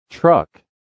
Truck